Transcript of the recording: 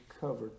covered